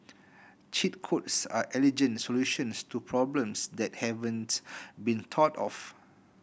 cheat codes are elegant solutions to problems that haven't been thought of